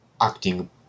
acting